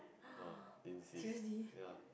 orh dean's list ya